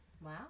Wow